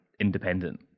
independent